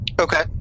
Okay